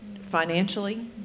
financially